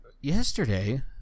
Yesterday